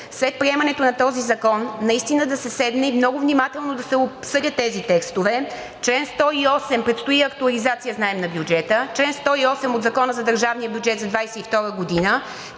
след приемането на този закон наистина да се седне и много внимателно да се обсъдят тези текстове. Член 108 – предстои актуализация, знаем, на бюджета, от Закона за държавния бюджет за 2022 г.